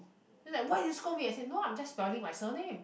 then like why you do scold me I say no I'm just spelling my surname